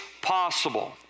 possible